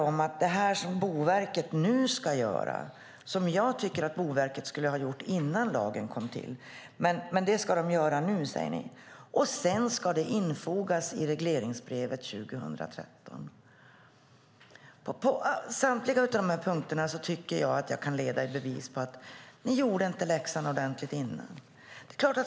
Det ni säger att Boverket ska göra nu borde Boverket ha gjort innan lagen kom till. Men det ska göras nu, och sedan ska det infogas i regleringsbrevet 2013. På samtliga punkter kan jag leda i bevis att ni inte gjorde läxan ordentligt.